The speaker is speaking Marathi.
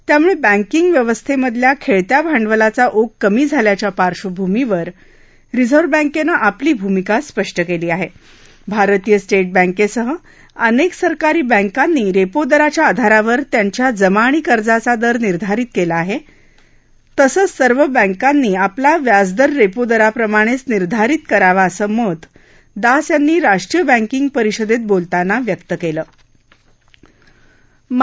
त्यामुळ बँकिंग व्यवस्थमुखल्या खळत्या भांडवलाचा ओघ कमी झाल्याच्या पार्श्वभूमीवर रिझर्व बँक्ती आपली भूमिका स्पष्ट क्ली आहा आरतीय स्ट्ट बँक्सिह अनक्ती सरकारी बँकांनी रप्ति दराच्या आधारावर त्यांच्या जमा आणि कर्जाचा दर निर्धारित कला आहा मिसाच सर्व बँकांनी आपला व्याजदर रप्ती दराप्रमाणच्चनिर्धारित करावा असं मत दास यांनी राष्ट्रीय बँकिंग परिषदत्त बोलताना व्यक्त कलि